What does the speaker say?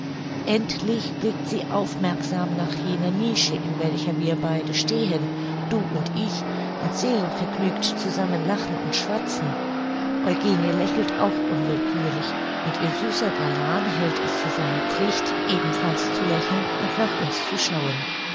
endlich blickt sie aufmerksam nach jener nische in welcher wir beiden stehen du und ich und seelenvergnügt zusammen lachen und schwatzen eugenie lächelt auch unwillkürlich und ihr süßer galan hält es für seine pflicht ebenfalls zu lächeln und nach uns zu schauen